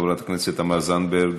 חברת הכנסת תמר זנדברג,